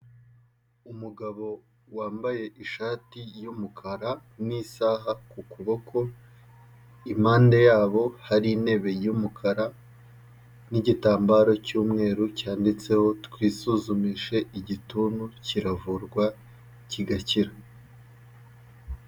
Umugabo wambaye ishati y'umukara n'isaha ku kuboko, impande yabo hari intebe y'umukara n'igitambaro cy'umweru cyanditseho twisuzumishe igituntu kiravurwa kigakira.